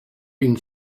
been